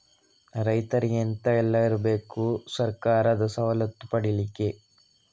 ರೈತರಿಗೆ ಎಂತ ಎಲ್ಲ ಇರ್ಬೇಕು ಸರ್ಕಾರದ ಸವಲತ್ತು ಪಡೆಯಲಿಕ್ಕೆ?